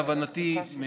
להבנתי,